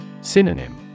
Synonym